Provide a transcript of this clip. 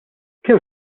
kemm